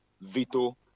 veto